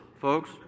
folks